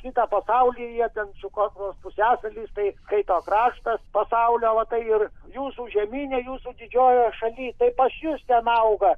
kitą pasaulį jie ten čiukotkos pusiasalis tai skaito kraštas pasaulio vat tai ir jūsų žemyne jūsų didžiojoj šalyj tai pas jus ten auga